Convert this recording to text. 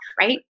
right